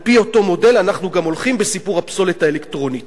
על-פי אותו מודל אנחנו גם הולכים בסיפור הפסולת האלקטרונית.